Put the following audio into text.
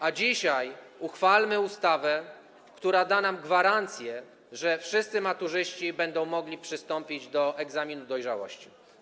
a dzisiaj uchwalmy ustawę, która da nam gwarancję, że wszyscy maturzyści będą mogli przystąpić do egzaminu dojrzałości.